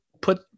put